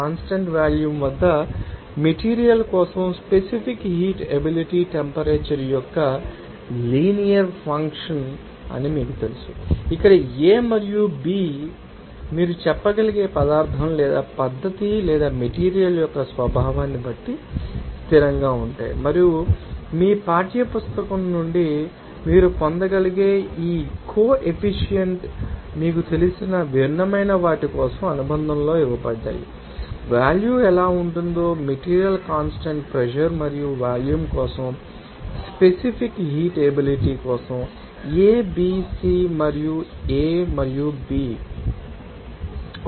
constant volume వద్ద material కోసం specific heat ability temperature యొక్క లీనియర్ ఫంక్షన్ అని మీకు తెలుసు ఇక్కడ a మరియు b కూడా మీరు చెప్పగలిగే పదార్ధం లేదా పద్ధతి లేదా మెటీరియల్ యొక్క స్వభావాన్ని బట్టి స్థిరంగా ఉంటాయి మరియు మీ పాఠ్య పుస్తకం నుండి మీరు పొందగలిగే ఈ కో ఎఫిషియాంట్ మీకు తెలిసిన భిన్నమైన వాటి కోసం అనుబంధంలో ఇవ్వబడ్డాయి వాల్యూ ఎలా ఉంటుందో మెటీరియల్ ు కాన్స్టాంట్ ప్రెషర్ మరియు వాల్యూమ్ కోసం స్పెసిఫిక్ హీట్ ఎబిలిటీ కోసం a b c మరియు a మరియు b